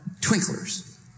Twinklers